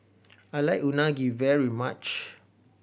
I like Unagi very much